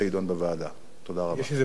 יש איזה בסיס לדיבורים פה?